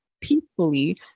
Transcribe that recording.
peacefully